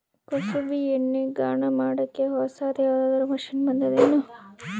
ಕುಸುಬಿ ಎಣ್ಣೆ ಗಾಣಾ ಮಾಡಕ್ಕೆ ಹೊಸಾದ ಯಾವುದರ ಮಷಿನ್ ಬಂದದೆನು?